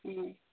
ம்